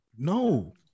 no